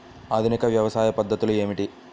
ఆధునిక వ్యవసాయ పద్ధతులు ఏమిటి?